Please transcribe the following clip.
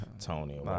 Tony